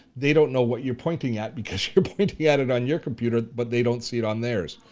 they don't know what you're pointing at because you're pointing at it on your computer, but they don't see it on theirs.